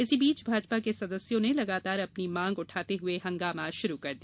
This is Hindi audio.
इसी बीच भाजपा के सदस्यों ने लगातार अपनी मांग उठाते हुए हंगामा शुरु कर दिया